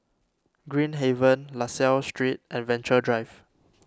Green Haven La Salle Street and Venture Drive